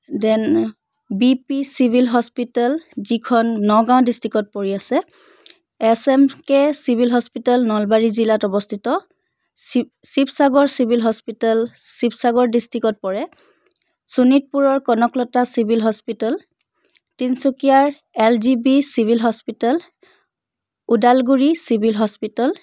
ডেন B P civil hospital যিখন নগাঁও ডিষ্ট্ৰিক্টত পৰি আছে S M K civil hospital Nalbari জিলাত অৱস্থিত ছি শিৱসাগৰ চিভিল হস্পিটেল শিৱগাসৰ ডিষ্ট্ৰিক্টত পৰে শোণিতপুৰৰ কনকলতা চিভিল হস্পিটেল তিনিচুকীয়াৰ L G B civil hospital Udalguri civil hospital